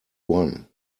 won